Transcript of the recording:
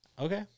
okay